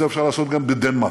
את זה אפשר לעשות גם בדנמרק,